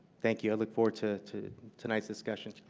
thank you. i look forward to to tonight's discussion.